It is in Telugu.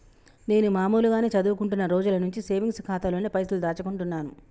నేను మామూలుగానే చదువుకుంటున్న రోజుల నుంచి సేవింగ్స్ ఖాతాలోనే పైసలు దాచుకుంటున్నాను